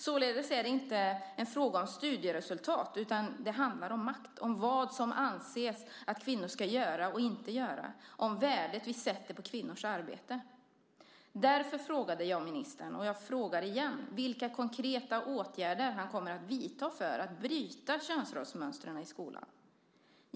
Således är det inte en fråga om studieresultat, utan det handlar om makt, om vad kvinnor ska göra och inte göra och om värdet vi sätter på kvinnors arbete. Därför frågade jag ministern, och jag frågar igen, vilka konkreta åtgärder han kommer att vidta för att bryta könsrollsmönstren i skolan.